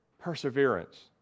Perseverance